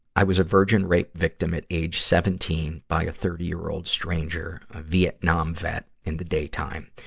i was a virgin rape victim at age seventeen by a thirty year old stranger, vietnam vet in the daytime.